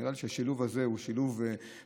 נראה לי שהשילוב הזה הוא שילוב מנצח,